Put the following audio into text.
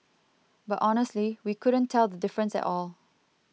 but honestly we couldn't tell the difference at all